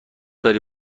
داری